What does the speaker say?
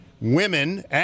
women